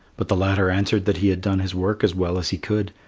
but the latter answered that he had done his work as well as he could,